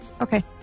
okay